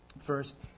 First